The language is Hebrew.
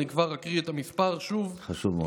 אני כבר אקריא את המספר, חשוב מאוד.